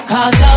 Cause